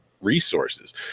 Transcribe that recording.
resources